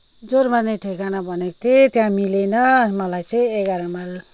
जोरमाने ठेगाना भनेको थिएँ त्यहाँ मिलेन मलाई चाहिँ एघार माइल